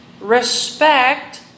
respect